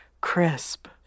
Crisp